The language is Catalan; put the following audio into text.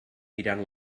mirant